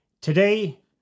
Today